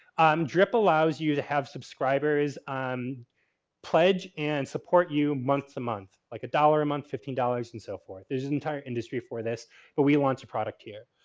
um drip allows you to have subscribers on pledge and support you months a month, like a dollar a month, fifteen dollars, and so forth. there's an entire industry for this but we want your product here.